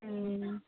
ம்